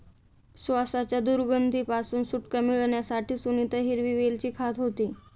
श्वासाच्या दुर्गंधी पासून सुटका मिळवण्यासाठी सुनीता हिरवी वेलची खात होती